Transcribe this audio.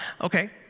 okay